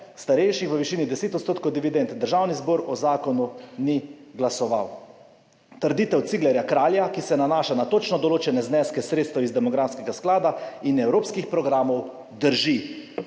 starejših v višini 10 odstotkov dividend. Državni zbor o zakonu ni glasoval. Trditev Ciglerja Kralja, ki se nanaša na točno določene zneske sredstev iz demografskega sklada in evropskih programov drži.